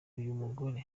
bikorwa